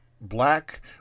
black